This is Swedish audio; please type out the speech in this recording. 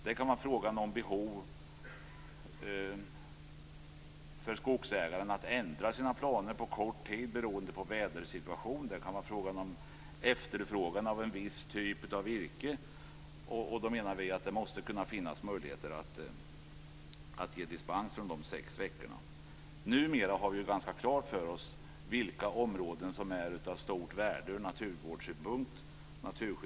Det kan vara fråga om behov för skogsägaren att ändra sina planer på grund av vädersituationen, det kan vara fråga om efterfrågan på en viss typ av virke. Då måste det finnas möjligheter att ge dispens från de sex veckorna. Numera har vi klart för oss vilka områden som är av stort värde ur naturskyddssynpunkt.